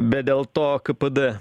bet dėl to kpd